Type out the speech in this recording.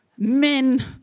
Men